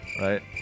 Right